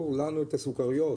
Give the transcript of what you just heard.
כמו שאמר לך היום גפני,